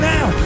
Now